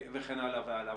וכן הלאה והלאה.